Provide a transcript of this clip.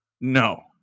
No